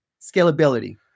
scalability